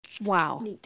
Wow